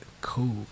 cool